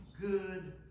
good